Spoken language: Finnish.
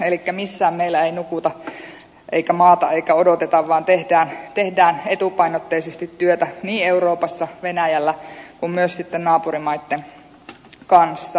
elikkä missään meillä ei nukuta eikä maata eikä odoteta vaan tehdään etupainotteisesti työtä niin euroopassa venäjällä kuin myös sitten naapurimaitten kanssa